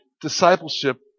discipleship